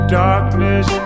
darkness